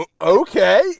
Okay